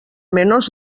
menors